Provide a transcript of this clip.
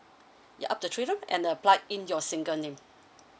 yup up to three room and applied in your single name